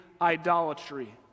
idolatry